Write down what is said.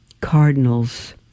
cardinals